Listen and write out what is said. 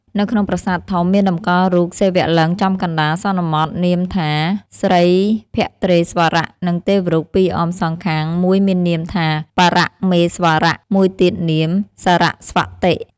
នៅក្នុងប្រាសាទធំ មានតម្កល់រូបសិវលិង្គចំកណ្តាល សន្មតនាមថា ស្រីភទ្រេស្វរៈ និងទេវរូបពីរអមសងខាង មួយមាននាមថា បរមេស្វរៈ មួយទៀតនាម សរស្វតិ ។